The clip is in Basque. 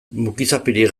mukizapirik